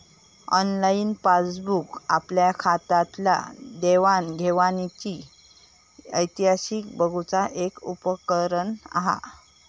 online passbook आपल्या खात्यातल्या देवाण घेवाणीचो इतिहास बघुचा एक उपकरण हा